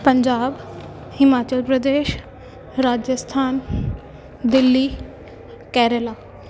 Punjab Himachal Pradesh Rajasthan Delhi Kerala